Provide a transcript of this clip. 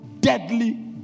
deadly